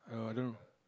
err I don't know